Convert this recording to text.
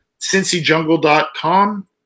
cincyjungle.com